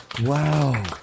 Wow